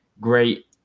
great